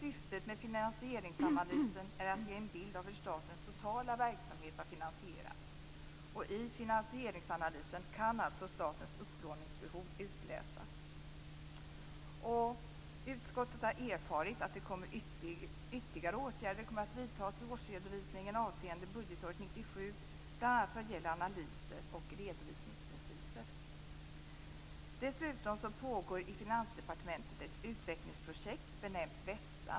Syftet med finansieringsanalysen är att ge en bild av hur statens totala verksamhet har finansierats. I finansieringsanalysen kan alltså statens upplåningsbehov utläsas. Utskottet har erfarit att ytterligare åtgärder kommer att vidtas i årsredovisningen avseende budgetåret Dessutom pågår i Finansdepartementet ett utvecklingsprojekt benämnt VESTA.